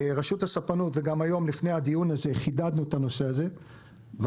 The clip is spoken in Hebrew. רשות הספנות וגם חידדנו את הנושא הזה היום,